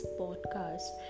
podcast